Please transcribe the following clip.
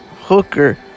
hooker